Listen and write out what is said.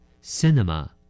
Cinema